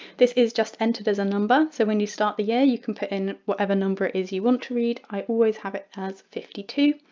this is just entered as a number, so when you start the year you can put in whatever number it is you want to read, i always have it as fifty two,